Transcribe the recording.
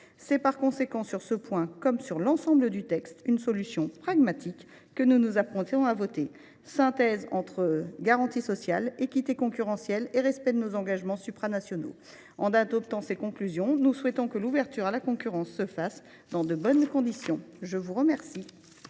C’est par conséquent, sur ce point comme sur l’ensemble du texte, une solution pragmatique que nous nous apprêtons à voter, synthèse entre garanties sociales, équité concurrentielle et respect de nos engagements supranationaux. En adoptant ces conclusions, nous exprimons notre volonté que l’ouverture à la concurrence se fasse dans de bonnes conditions. La parole